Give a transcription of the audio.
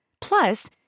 Plus